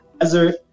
desert